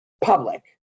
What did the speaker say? public